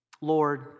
Lord